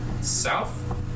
south